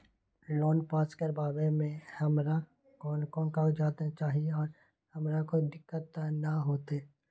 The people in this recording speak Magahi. लोन पास करवावे में हमरा कौन कौन कागजात चाही और हमरा कोई दिक्कत त ना होतई?